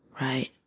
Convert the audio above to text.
Right